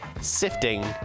sifting